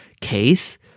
case